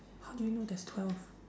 how do you know there's twelve